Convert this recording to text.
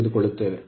ತೆಗೆದುಕೊಳ್ಳುತ್ತದೆ